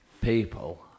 people